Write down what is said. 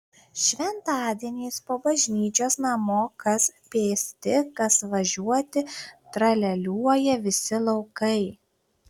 šventadieniais po bažnyčios namo kas pėsti kas važiuoti tralialiuoja visi laukai